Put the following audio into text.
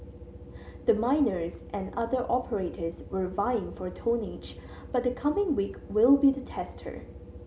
the miners and other operators were vying for tonnage but the coming week will be the tester